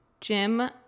jim